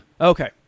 Okay